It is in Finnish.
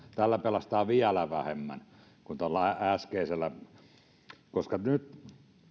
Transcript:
tällä pelastaa vielä vähemmän kuin tuolla äskeisellä nyt